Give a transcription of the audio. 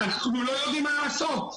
אנחנו לא יודעים מה לעשות.